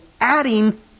adding